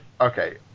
okay